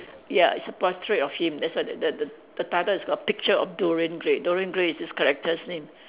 ya it's a portrait of him that's why the the the the title is call picture of Dorian Gray Dorian Gray is this character's name